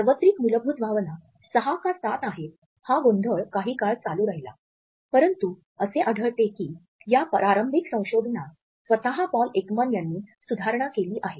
सार्वत्रिक मूलभूत भावना सहा का सात आहेत हा गोंधळ काही काळ चालू राहिला परंतु असे आढळते की या प्रारंभिक संशोधनात स्वत पॉल एकमन यांनी सुधारणा केली आहे